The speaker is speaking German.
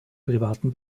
privaten